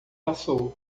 passou